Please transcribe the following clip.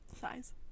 Size